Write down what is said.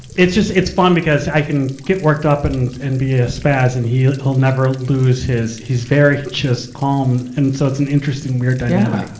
it's just, it's fun because i can get worked up and, and be a spaz and he'll he'll never lose his, his very, just, calm. and so, it's an interesting, weird dynamic. yeah.